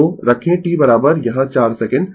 तो रखें t यहाँ 4 सेकंड